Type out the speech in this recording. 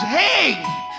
hey